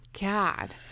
God